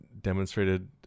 demonstrated